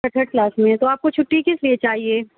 third class میں ہے تو آپ کو چُھٹی کس لیے چاہیے